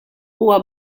huwa